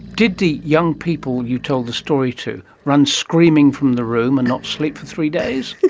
did the young people you told the story to run screaming from the room and not sleep for three days?